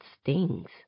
stings